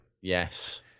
Yes